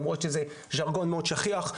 למרות שזה ז'רגון מאוד שכיח.